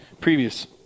previous